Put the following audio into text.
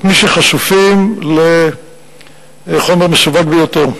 את מי שחשופים לחומר מסווג ביותר.